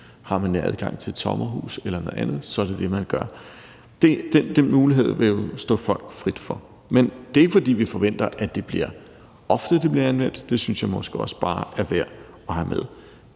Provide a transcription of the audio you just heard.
Har man adgang til et sommerhus eller noget andet, er det det, man gør. Den mulighed vil jo stå folk frit for. Men det er ikke, fordi vi forventer, at det bliver ofte, det vil blive anvendt. Det synes jeg måske også bare er værd at have med.